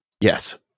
Yes